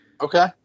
Okay